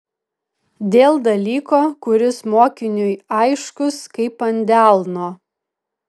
dėl dalyko kuris mokiniui aiškus kaip ant delno